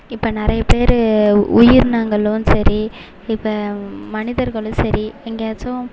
இப்போ நிறைய பேரு உயிரினங்களும் சரி இப்போ மனிதர்களும் சரி எங்கேயாச்சும்